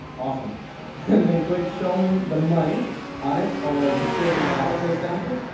awesome and then click show me the money on it or just click the product. for example